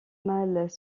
mâles